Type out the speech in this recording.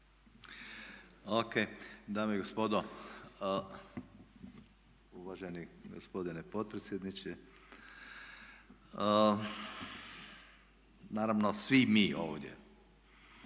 O.K. draga gospodo, uvaženi gospodine potpredsjedniče. Naravno svi mi ovdje